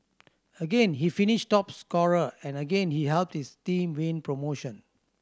again he finished top scorer and again he helped his team win promotion